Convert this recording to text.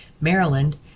Maryland